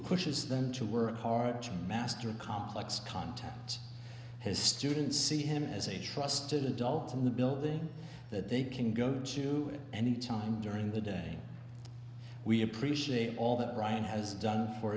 pushes them to work hard to master complex content his students see him as a trusted adult in the building that they can go to any time during the day we appreciate all that ryan has done for